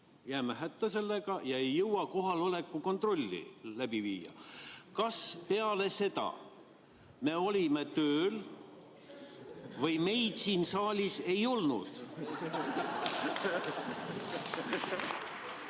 jääme hätta sellega ja ei jõua kohaloleku kontrolli läbi viia. Kas peale seda me olime tööl või meid siin saalis ei olnud?